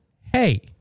hey